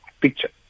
picture